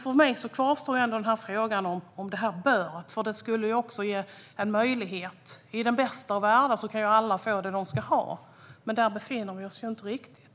För mig kvarstår ändå frågan om "bör". Det skulle ge en möjlighet. I den bästa av världar kan alla få det de ska ha, men där befinner vi oss inte riktigt.